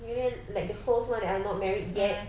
female like the close [one] that are not married yet